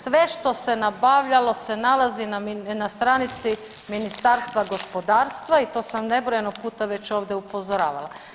Sve što se nabavljalo se nalazi na stranici Ministarstva gospodarstva i to sam nebrojeno puta već ovdje upozoravala.